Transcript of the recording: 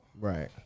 right